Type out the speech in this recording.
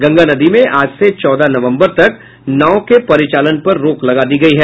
गंगा नदी में आज से चौदह नवम्बर तक नाव के परिचालन पर रोक लगा दी गयी है